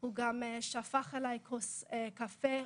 הוא גם שפך עליי כוס קפה,